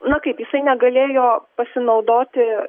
na kaip jisai negalėjo pasinaudoti